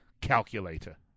calculator